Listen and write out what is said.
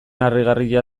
harrigarria